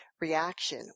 reaction